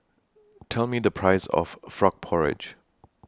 Tell Me The Price of Frog Porridge